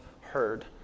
heard